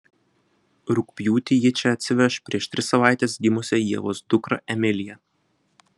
rugpjūtį ji čia atsiveš prieš tris savaites gimusią ievos dukrą emiliją